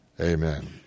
Amen